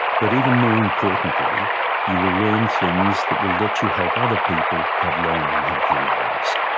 but even more importantly you will learn things that will let you help other people have long and healthy lives,